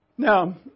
Now